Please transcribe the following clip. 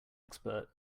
expert